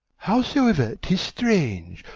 howsoe'er tis strange,